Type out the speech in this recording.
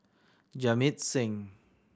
Jamit Singh